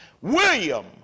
William